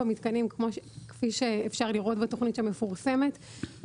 כפי שאפשר לראות בתכנית המפורסמת,